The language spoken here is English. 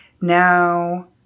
Now